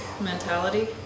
mentality